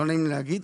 לא נעים להגיד,